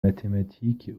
mathématiques